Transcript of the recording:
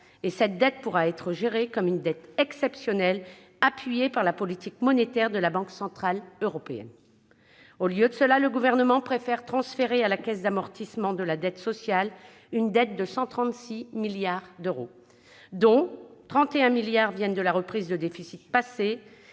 et cette dette pourra être gérée comme une dette exceptionnelle appuyée par la politique monétaire de la Banque centrale européenne. Or le Gouvernement préfère transférer à la Caisse d'amortissement de la dette sociale une dette de 136 milliards d'euros, dont 31 milliards d'euros viennent de la reprise de déficits passés